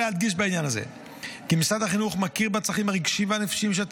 בעניין הזה חשוב להדגיש כי בשל מצב החירום המתמשך,